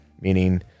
Meaning